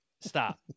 Stop